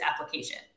application